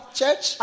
Church